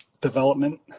development